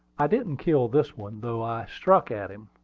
i didn't kill this one, though i struck at him.